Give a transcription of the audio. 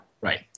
right